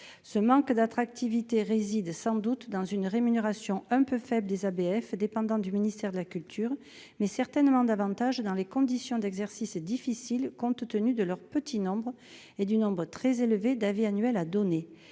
ce manque d'attractivité réside sans doute dans une rémunération un peu faible des ABF dépendant du ministère de la culture, mais certainement davantage dans les conditions d'exercice est difficile, compte tenu de leur petit nombre et du nombre très élevé d'avis annuel à donner